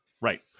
Right